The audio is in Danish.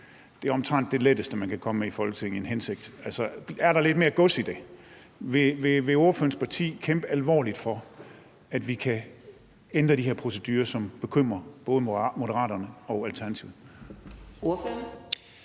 er omtrent det letteste, man kan komme med i Folketinget. Altså, er der lidt mere gods i det? Vil ordførerens parti kæmpe alvorligt for, at vi kan ændre de her procedurer, som bekymrer både Moderaterne og Alternativet?